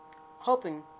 hoping